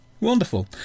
Wonderful